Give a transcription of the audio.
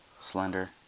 Slender